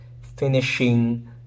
finishing